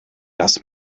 das